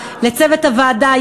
לצוות הוועדה,